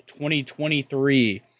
2023